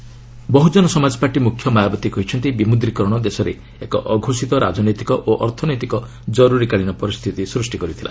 Mayawati BJP Bahujan Samaj party ମୁଖ୍ୟ ମାୟାବତୀ କହିଛନ୍ତି ବିମୁଦ୍ରିକରଣ ଦେଶରେ ଏକ ଅଘୋଷିତ ରାଜନୈତିକ ଓ ଅର୍ଥନୈତିକ ଜରୁରି କାଳିନ ପରିସ୍ଥିତି ସୃଷ୍ଟି କରିଥିଲା